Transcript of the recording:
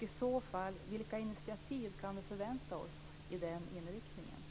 I så fall, vilka initiativ kan vi förvänta oss med den inriktningen?